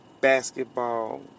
basketball